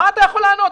מה אתה יכול לענות?